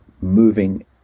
moving